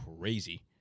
crazy